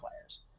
players